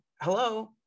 hello